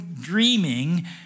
dreaming